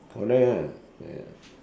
correct lah correct